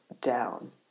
down